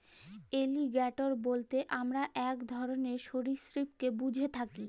alligator বইলতে আমরা ইক ধরলের সরীসৃপকে ব্যুঝে থ্যাকি